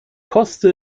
koste